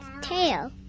tail